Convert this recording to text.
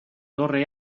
dorre